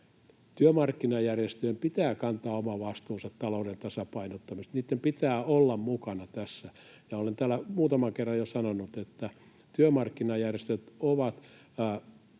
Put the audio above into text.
Työmarkkinajärjestöjen pitää kantaa oma vastuunsa talouden tasapainottamisesta, niitten pitää olla mukana tässä. Olen täällä muutaman kerran jo sanonut, että työmarkkinajärjestöjen